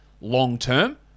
long-term